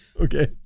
Okay